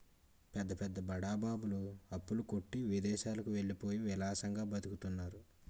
పెద్ద పెద్ద బడా బాబులు అప్పుల కొట్టి విదేశాలకు వెళ్ళిపోయి విలాసంగా బతుకుతున్నారు